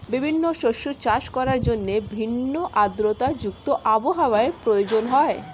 বিভিন্ন শস্য চাষ করার জন্য ভিন্ন আর্দ্রতা যুক্ত আবহাওয়ার প্রয়োজন হয়